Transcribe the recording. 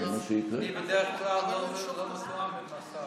אני בדרך כלל לא מתואם עם השר.